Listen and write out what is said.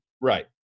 Right